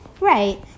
Right